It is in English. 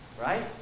right